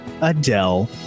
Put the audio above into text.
Adele